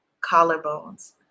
collarbones